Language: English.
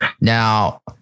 Now